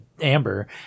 Amber